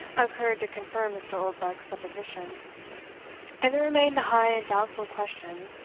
occurred to confirm mr. oldbuck's supposition and it remained a high and doubtful question,